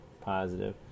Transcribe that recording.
positive